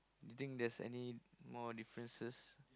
do you think there's any more differences